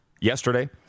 yesterday